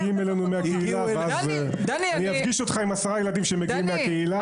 אני אפגיש אותך עם עשרה ילדים שמגיעים מהקהילה,